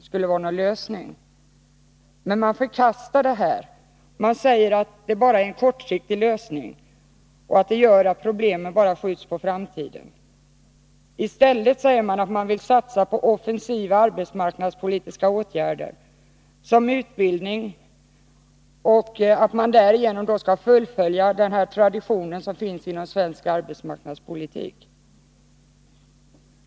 Man förkastar dock tanken därpå och säger att det bara skulle vara en kortsiktig lösning och ett sätt att skjuta problemen på framtiden. I stället säger man sig vilja satsa på offensiva arbetsmarknadspolitiska åtgärder, exempelvis utbildning, och därigenom fullfölja traditionen inom svensk arbetsmarknadspolitik.